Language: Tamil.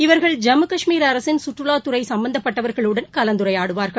இவர்கள் ஜம்மு கஷ்மீர் அரசின் கற்றுலாத்துறைசம்பந்தப்பட்டவர்களுடன் கலந்துரையாடுவார்கள்